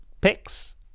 picks